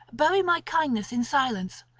bury my kindness in silence,